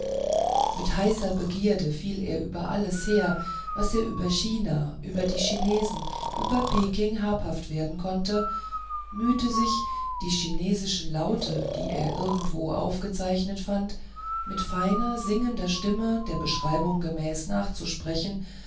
mit heißer begierde fiel er über alles her was er über china über die chinesen über peking habhaft werden konnte mühte sich die chinesischen laute die er irgendwo aufgezeichnet fand mit feiner singender stimme der beschreibung gemäß nachzusprechen